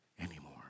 anymore